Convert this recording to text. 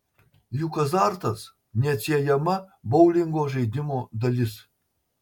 juk azartas neatsiejama boulingo žaidimo dalis